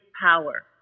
power